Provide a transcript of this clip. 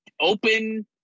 open